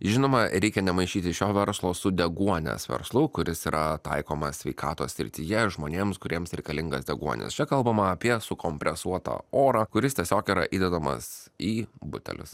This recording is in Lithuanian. žinoma reikia nemaišyti šio verslo su deguonies verslu kuris yra taikomas sveikatos srityje žmonėms kuriems reikalingas deguonis čia kalbama apie sukompresuotą orą kuris tiesiog yra įdedamas į butelius